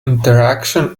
interaction